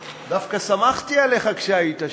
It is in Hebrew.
אתה יודע על דברים, דווקא סמכתי עליך כשהיית שם.